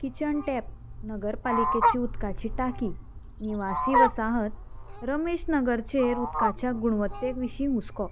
kitchen tap नगरपालिकेची उदकाची टाकी निवासी वसाहत रमेश नगरचेर उदकाच्या गुणवत्तेक विशीं हुस्को